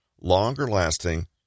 longer-lasting